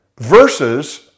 versus